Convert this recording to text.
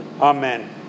Amen